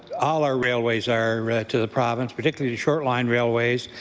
all our railways are to the province, particularly the short line railways,